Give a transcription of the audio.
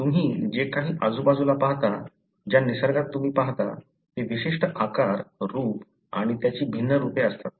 तुम्ही जे काही आजूबाजूला पाहता ज्या निसर्गात तुम्ही पाहता ते विशिष्ट आकार रूप आणि त्याची भिन्न रूपे असतात